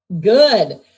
Good